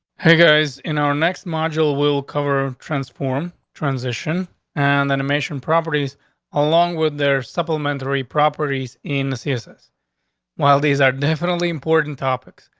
hey, guys, in our next module will cover of transform, transition and animation properties along with their supplementary properties in diseases. while these are definitely important topics,